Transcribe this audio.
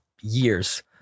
years